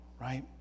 right